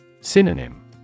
Synonym